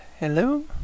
Hello